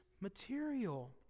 material